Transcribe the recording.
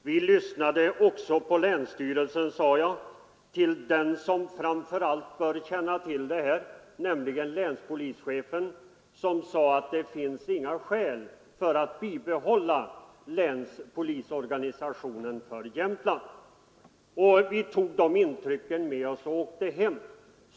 Vi lyssnade också på länsstyrelsen, sade jag, framför allt till den som mer än andra bör känna till det här, nämligen länspolischefen, som sade att det inte finns några skäl för att bibehålla länspolisorganisationen för Jämtland. Vi tog de intrycken med oss och åkte hem.